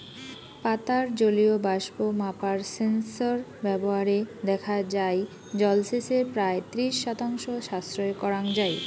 পাতার জলীয় বাষ্প মাপার সেন্সর ব্যবহারে দেখা যাই জলসেচের প্রায় ত্রিশ শতাংশ সাশ্রয় করাং যাই